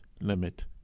limit